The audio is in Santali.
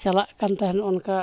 ᱪᱟᱞᱟᱜ ᱠᱟᱱ ᱛᱟᱦᱮᱸᱫ ᱚᱱᱠᱟ